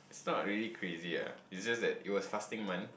it's not really crazy lah it just like it was fasting month